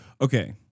Okay